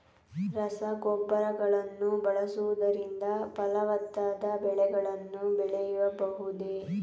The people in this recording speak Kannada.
ರಸಗೊಬ್ಬರಗಳನ್ನು ಬಳಸುವುದರಿಂದ ಫಲವತ್ತಾದ ಬೆಳೆಗಳನ್ನು ಬೆಳೆಯಬಹುದೇ?